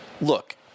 Look